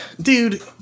dude